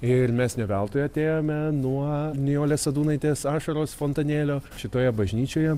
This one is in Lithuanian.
ir mes ne veltui atėjome nuo nijolės sadūnaitės ašaros fontanėlio šitoje bažnyčioje